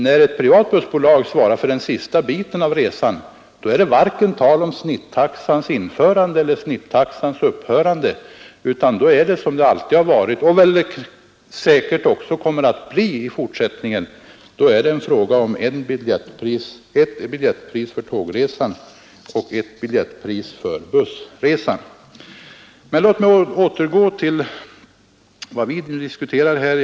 När ett privat bussbolag svarar för sista biten av resan, då är det varken tal om snittaxans införande eller om snittaxans upphörande, utan då är det — som det alltid har varit och säkerligen också kommer att bli i fortsättningen — fråga om ett biljettpris för tågresan och ett biljettpris Men låt mig återgå till vad vi diskuterar här.